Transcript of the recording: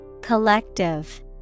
Collective